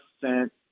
sent